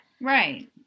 Right